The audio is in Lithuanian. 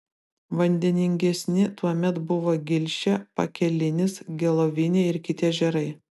vandeningesni tuomet buvo gilšė pakelinis gelovinė ir kiti ežerai